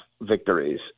victories